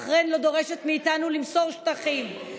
בחריין לא דורשת מאיתנו למסור שטחים,